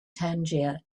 tangier